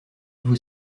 vous